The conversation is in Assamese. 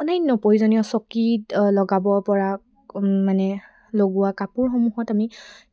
অন্যান্য প্ৰয়োজনীয় চকীত লগাব পৰা মানে লগোৱা কাপোৰসমূহত আমি